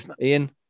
Ian